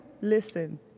listen